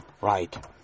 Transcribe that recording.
Right